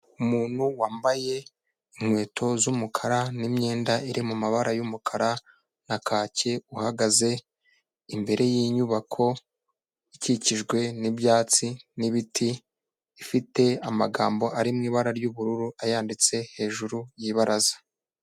Umuntu wambaye inkweto z'umukara n'imyenda iri mu mabara y'umukara na kake, uhagaze imbere y'inyubako ikikijwe n'ibyatsi n'ibiti, ifite amagambo ari mu ibara ry'ubururu yanditse hejuru y'ibaraza.